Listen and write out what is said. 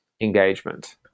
engagement